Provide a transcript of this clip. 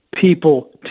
people